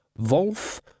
Wolf